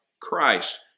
Christ